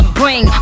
bring